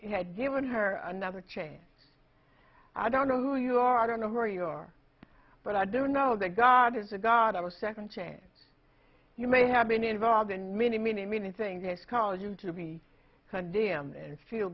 had given her another chance i don't know who you are don't know where you are but i do know that god is a god of a second chance you may have been involved in many many many things yes call you to be condemn and feel